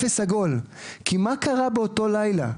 אפס עגול, כי מה קרה באותו לילה?